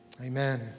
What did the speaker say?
Amen